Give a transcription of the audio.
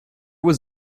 was